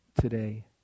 today